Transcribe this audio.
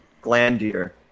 Glandier